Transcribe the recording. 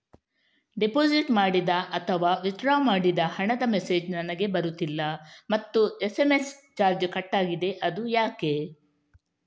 Deposit ಮಾಡಿದ ಅಥವಾ withdraw ಮಾಡಿದ ಹಣದ ಮೆಸೇಜ್ ನನಗೆ ಬರುತ್ತಿಲ್ಲ ಮತ್ತು ಎಸ್.ಎಂ.ಎಸ್ ಚಾರ್ಜ್ ಕಟ್ಟಾಗಿದೆ ಅದು ಯಾಕೆ?